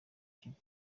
kigo